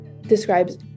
describes